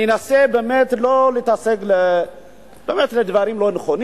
אני אנסה שלא להתעסק באמת בדברים לא נכונים.